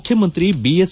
ಮುಖ್ಯಮಂತ್ರಿ ಬಿಎಸ್